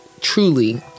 truly